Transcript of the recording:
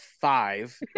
Five